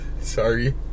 Sorry